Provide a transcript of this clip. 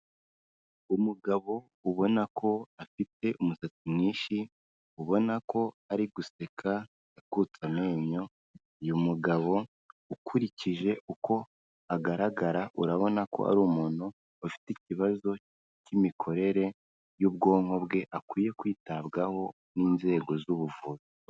Umugabo ubona ko afite umusatsi mwinshi ubona ko ari guseka akutse amenyo uyu mugabo ukurikije uko agaragara urabona ko ari umuntu ufite ikibazo cy'imikorere y'ubwonko bwe akwiye kwitabwaho n'inzego z'ubuvuzi.